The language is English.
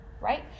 right